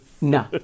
No